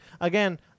again